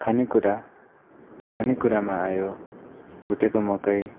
खानेकुरा खानेकुरामा आयो भुटेको मकै